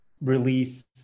release